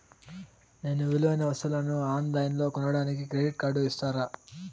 నేను విలువైన వస్తువులను ఆన్ లైన్లో కొనడానికి క్రెడిట్ కార్డు ఇస్తారా?